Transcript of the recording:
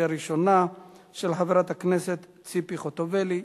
של חברת הכנסת ציפי חוטובלי,